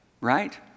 Right